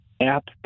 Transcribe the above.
app